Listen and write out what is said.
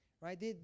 right